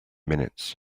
minutes